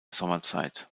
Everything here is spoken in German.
sommerzeit